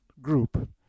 group